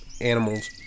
animals